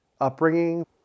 upbringing